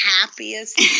happiest